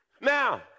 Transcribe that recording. Now